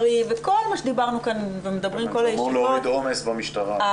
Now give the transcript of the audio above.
מה שדיברנו כאן ומדברים בכל הישיבות --- זה אמור להוריד עומס במשטרה.